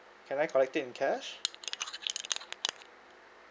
can I collect it in cash